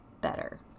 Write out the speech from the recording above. better